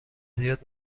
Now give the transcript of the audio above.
زیاد